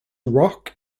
rock